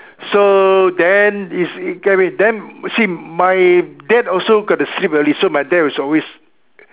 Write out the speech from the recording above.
so then you see get what I mean then see my dad also got to sleep early so my dad is always